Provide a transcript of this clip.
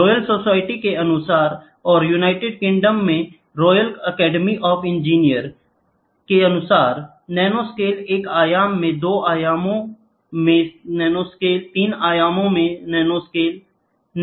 royal society के अनुसार और यूनाइटेड किंगडम में royal academy of engineer nanoscale एक आयाम में दो आयामों में नैनोस्केल तीन आयामों में नैनोस्केल है